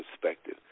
perspective